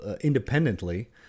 independently